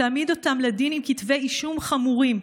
תעמיד אותם לדין עם כתבי אישום חמורים,